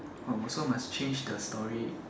oh also must change the story